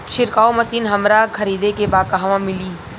छिरकाव मशिन हमरा खरीदे के बा कहवा मिली?